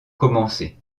commencé